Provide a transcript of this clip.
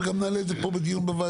וגם נעלה את זה פה לדיון בוועדה.